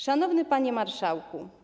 Szanowny Panie Marszałku!